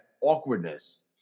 awkwardness